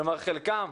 כלומר חלקם